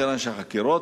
יותר אנשי חקירות,